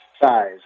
size